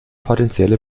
potenzielle